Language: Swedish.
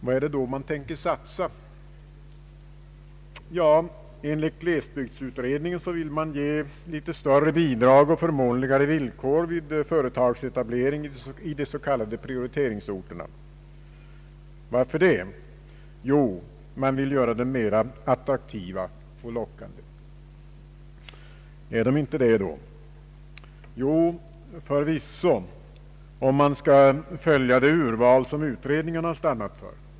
Vad är det då man tänker satsa på? Ja, enligt glesbygdsutredningen vill man ge litet större bidrag och förmånligare villkor vid företagsetablering i de s.k. prioriteringsorterna. Varför det? Jo, man vill göra dem mera attraktiva och lockande. är de inte det då? Jo, förvisso, om man skall följa det urval som utredningen stannat för.